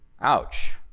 ouch